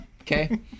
Okay